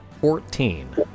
Fourteen